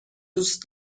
دوست